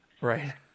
Right